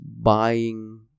buying